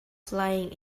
flying